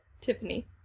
Tiffany